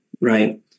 right